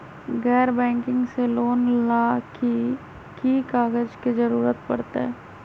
गैर बैंकिंग से लोन ला की की कागज के जरूरत पड़तै?